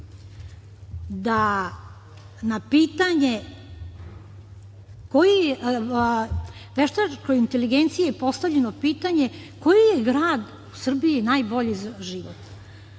vlasti, veštačkoj inteligenciji je postavljeno pitanje koji grad u Srbiji je najbolji za život.